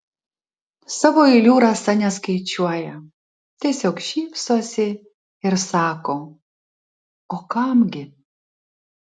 savo eilių rasa neskaičiuoja tiesiog šypsosi ir sako o kam gi